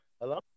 Hello